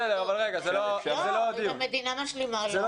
אם המדינה משלימה.